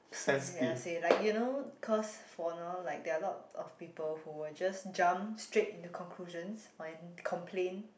uh how to say like you know cause for now like there are a lot of people who will just jump straight into conclusions when complain